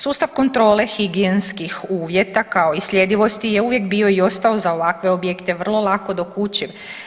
Sustav kontrole higijenskih uvjeta, kao i sljedivosti je uvijek bio i ostao za ovakve objekte vrlo lako dokučiv.